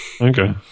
Okay